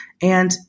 And-